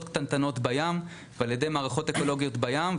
קטנטנות בים ועל ידי מערכות אקולוגיות בים,